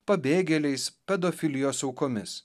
pabėgėliais pedofilijos aukomis